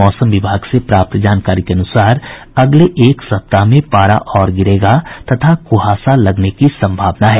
मौसम विभाग से प्राप्त जानकारी के अनुसार अगले एक सप्ताह में पारा और गिरेगा तथा कुहासा लगने की संभावना है